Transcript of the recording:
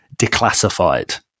declassified